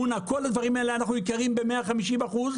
כל הדברים האלה אנחנו יקרים ב-150 אחוז,